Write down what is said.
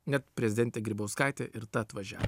net prezidentė grybauskaitė ir ta atvažiavo